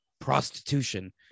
Prostitution